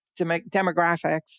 demographics